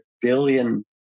billion